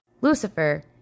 Lucifer